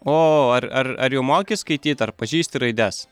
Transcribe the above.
o ar ar ar jau moki skaityt ar pažįsti raides